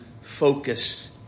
focus